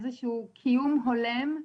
איזה שהוא קיום הולם,